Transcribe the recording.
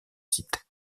site